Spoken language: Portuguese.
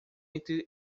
entre